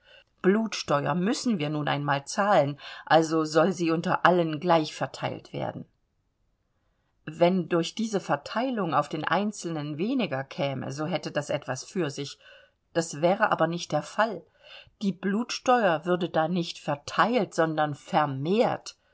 blutsteuer müssen wir nun einmal zahlen also soll sie unter allen gleich verteilt werden wenn durch diese verteilung auf den einzelnen weniger käme so hätte das etwas für sich das wäre aber nicht der fall die blutsteuer würde da nicht verteilt sondern vermehrt